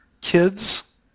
kids